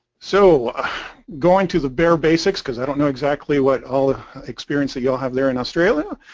so going to the bare basics because i don't know exactly what all the experience that you'll have there in australia.